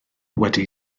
wedi